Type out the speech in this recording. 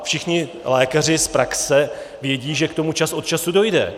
Všichni lékaři z praxe vědí, že k tomu čas od času dojde.